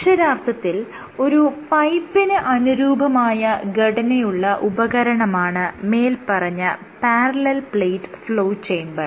അക്ഷരാർത്ഥത്തിൽ ഒരു പൈപ്പിന് അനുരൂപമായ ഘടനയുള്ള ഉപകരണമാണ് മേല്പറഞ്ഞ പാരലൽ പ്ലേറ്റ് ഫ്ലോ ചേമ്പർ